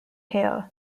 hale